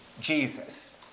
Jesus